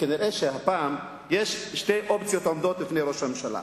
ונראה שהפעם יש שתי אופציות שעומדות בפני ראש הממשלה: